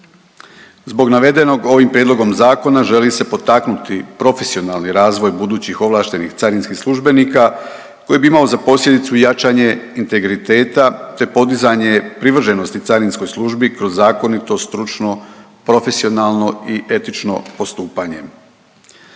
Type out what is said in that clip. Zbog navedenog ovim prijedlogom zakona želi se potaknuti profesionalni razvoj budućih ovlaštenih carinskih službenika koji bi imao za posljedicu jačanje integriteta te podizanje privrženosti carinskoj službi kroz zakonito, stručno, profesionalno i etično postupanje.